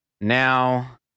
Now